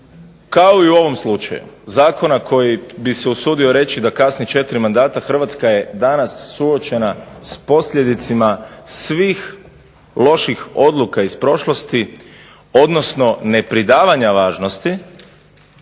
kao i u ovom slučaju zakona koji bih se usudio reći da kasni četiri mandata Hrvatska je danas suočena sa posljedicama svih loših odluka iz prošlosti, odnosno ne pridavanja važnosti